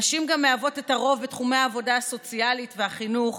נשים הן גם הרוב בתחומי העבודה הסוציאלית והחינוך,